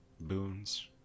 boons